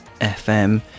FM